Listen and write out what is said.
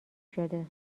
شده